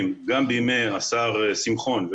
העצים,